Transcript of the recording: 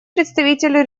представитель